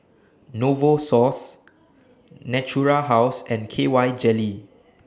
Novosource Natura House and K Y Jelly